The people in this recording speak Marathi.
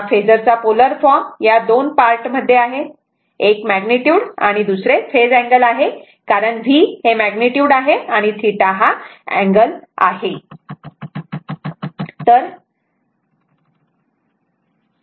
हा फेजर चा पोलर फॉर्म या दोन पार्ट मध्ये आहे एक मॅग्निट्युड आणि दुसरे फेज अँगल आहे कारण v हे मॅग्निट्युड आहे आणि θ हा अँगल आहे तेव्हा हे मॅग्निट्युड आणि अँगल असे आहे